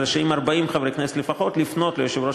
רשאים 40 חברי כנסת לפחות לפנות ליושב-ראש